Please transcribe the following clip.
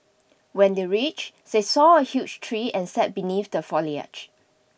when they reached they saw a huge tree and sat beneath the foliage